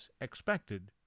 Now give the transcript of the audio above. expected